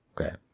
Okay